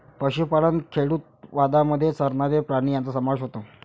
पशुपालन खेडूतवादामध्ये चरणारे प्राणी यांचा समावेश होतो